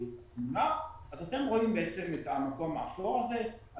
אתם רואים את המקום האפור הזה,